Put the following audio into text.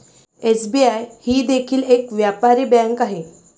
SBI ही देखील एक व्यापारी बँक आहे